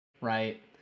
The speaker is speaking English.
Right